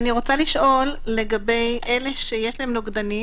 אני רוצה לשאול לגבי אלה שיש להם נוגדנים